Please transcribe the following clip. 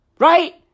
Right